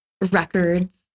records